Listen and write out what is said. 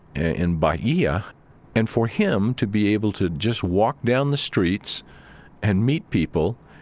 in bahia and for him to be able to just walk down the streets and meet people,